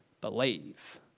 believe